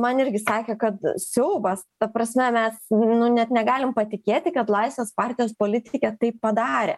man irgi sakė kad siaubas ta prasme mes nu net negalim patikėti kad laisvės partijos politikė taip padarė